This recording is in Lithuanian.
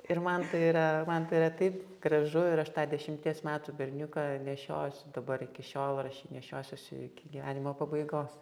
ir man tai yra man tai yra taip gražu ir aš tą dešimties metų berniuką nešiojuosi dabar iki šiol ir aš jį nešiosiuosi iki gyvenimo pabaigos